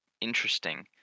interesting